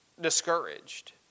discouraged